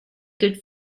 good